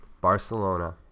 Barcelona